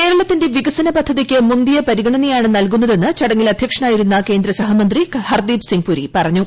കേരളത്തിന്റെ വികസന പദ്ധതികൾക്ക് മുന്തിയ പരിഗണനയാണ് നൽകുന്നതെന്ന് ചടങ്ങിൽ അധ്യക്ഷനായിരുന്ന കേന്ദ്രസഹമന്ത്രി ഹർദീപ് സിംഗ് പുരി പറഞ്ഞു